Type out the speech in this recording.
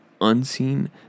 unseen